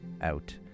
out